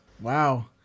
Wow